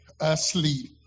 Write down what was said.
asleep